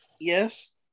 yes